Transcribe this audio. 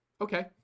okay